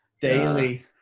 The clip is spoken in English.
daily